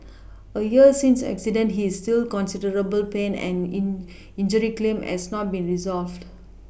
a year since the accident he is still considerable pain and in injury claim has not been resolved